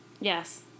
Yes